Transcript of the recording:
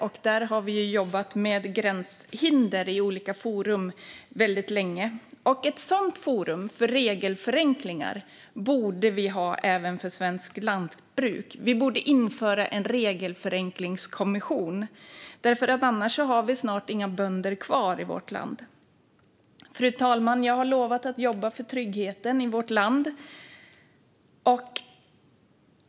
Där har vi väldigt länge jobbat med gränshinder i olika forum. Ett sådant forum för regelförenklingar borde vi ha även för svenskt lantbruk. Vi borde införa en regelförenklingskommission - annars har vi snart inga bönder kvar i vårt land. Fru talman! Jag har lovat att jobba för tryggheten i vårt land.